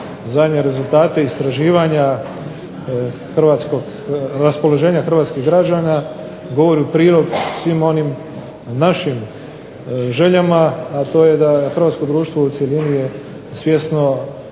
zadnje rezultate istraživanja hrvatskog, raspoloženja hrvatskih građana govori u prilog svim onim našim željama, a to je da hrvatsko društvo u cjelini je svjesno